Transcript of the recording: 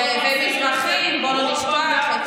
ומזרחים, בוא לא נשכח.